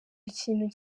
ikintu